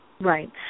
Right